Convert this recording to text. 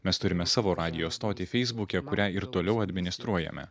mes turime savo radijo stotį feisbuke kurią ir toliau administruojame